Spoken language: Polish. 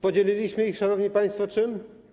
Podzieliśmy ich, szanowni państwo, czym?